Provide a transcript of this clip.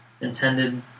intended